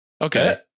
okay